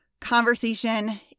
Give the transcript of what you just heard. conversation